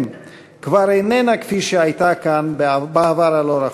כבר איננה כפי שהייתה כאן בעבר הלא-רחוק.